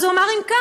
אז הוא אמר: אם כך,